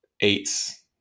eights